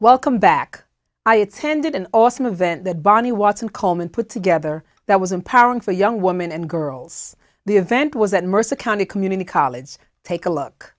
welcome back i attended an awesome event that bonnie watson coleman put together that was empowering for young women and girls the event was at mercer county community college take a look